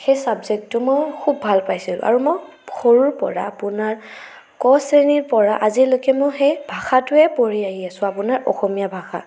সেই চাবজেক্টটো মই খুব ভাল পাইছোঁ আৰু মই সৰুৰপৰা আপোনাৰ ক শ্ৰেণীৰপৰা আজিলৈকে মই সেই ভাষাটোৱে পঢ়ি আহি আছো আপোনাৰ অসমীয়া ভাষা